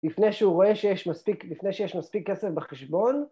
לפני שהוא רואה שיש מספיק, לפני שיש מספיק כסף בחשבון